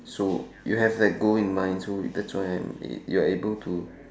so you have that goal in mind so that's why I'm you're able to